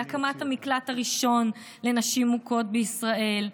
להקמת המקלט הראשון לנשים מוכות בישראל,